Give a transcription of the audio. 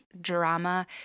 drama